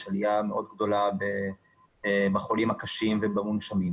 יש עלייה מאוד גדולה בחולים הקשים ובמונשמים.